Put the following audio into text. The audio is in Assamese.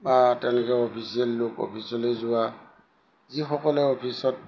বা তেওঁলোকে অফিচিয়েল লোক অফিচলৈ যোৱা যিসকলে অফিচত